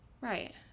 Right